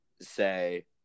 say –